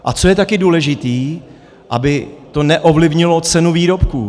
A co je taky důležité, aby to neovlivnilo cenu výrobků.